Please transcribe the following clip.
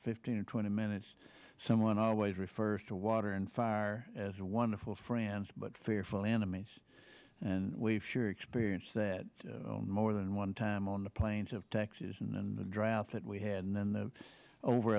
fifteen or twenty minutes someone always refers to water and far as wonderful friends but fearful enemies and we've sure experience that more than one time on the plains of texas and the drought that we had and then the over